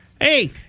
Hey